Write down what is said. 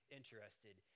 interested